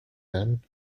then